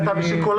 כי